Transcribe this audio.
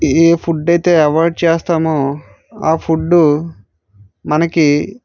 ఏ ఏ ఫుడ్ అయితే అవైడ్ చేస్తామో ఆ ఫుడ్ మనకి